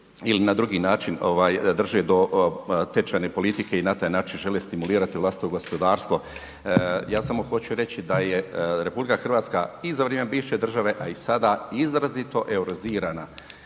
ili na drugi način drže do tečajne politike i na taj način žele stimulirati vlastito gospodarstvo, ja samo hoću reći da je RH i za vrijeme bivše države a i sada izrazito eurozirina